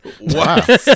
Wow